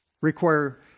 require